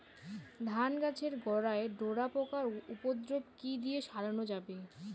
ধান গাছের গোড়ায় ডোরা পোকার উপদ্রব কি দিয়ে সারানো যাবে?